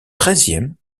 treizième